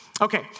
Okay